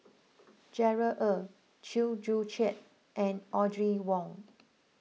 Gerard Ee Chew Joo Chiat and Audrey Wong